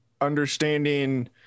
understanding